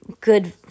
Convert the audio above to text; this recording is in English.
good